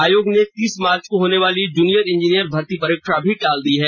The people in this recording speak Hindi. आयोग ने तीस मार्च को होने वाली जुनियर इंजीनियर भर्ती परीक्षा भी टाल दी है